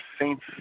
saints